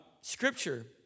scripture